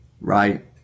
Right